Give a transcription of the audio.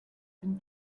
been